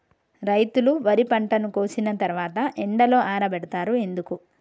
రైతులు వరి పంటను కోసిన తర్వాత ఎండలో ఆరబెడుతరు ఎందుకు?